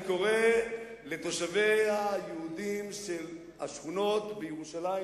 אני קורא לתושבים היהודים של השכונות בירושלים